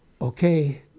okay